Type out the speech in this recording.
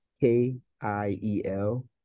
K-I-E-L